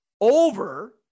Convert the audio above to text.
over